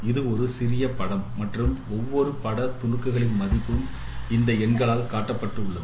இது ஒரு சிறிய படம் மற்றும் ஒவ்வொரு பட துணுக்குகளின் மதிப்பும் இந்த எங்களால் காட்டப்பட்டுள்ளது